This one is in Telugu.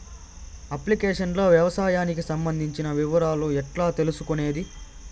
అప్లికేషన్ లో వ్యవసాయానికి సంబంధించిన వివరాలు ఎట్లా తెలుసుకొనేది?